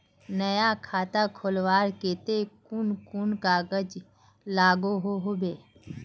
नया खाता खोलवार केते कुन कुन कागज लागोहो होबे?